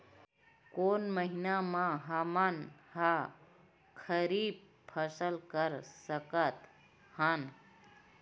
कोन महिना म हमन ह खरीफ फसल कर सकत हन?